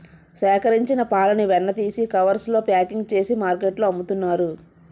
సేకరించిన పాలని వెన్న తీసి కవర్స్ లో ప్యాకింగ్ చేసి మార్కెట్లో అమ్ముతున్నారు